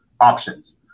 options